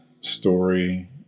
story